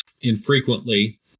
infrequently